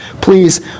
please